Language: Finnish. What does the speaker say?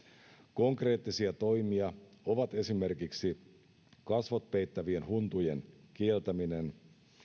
konkreettisia toimia ovat esimerkiksi kasvot peittävien huntujen kieltäminen